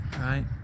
Right